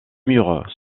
murs